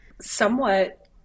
somewhat